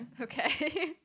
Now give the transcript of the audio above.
Okay